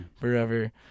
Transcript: forever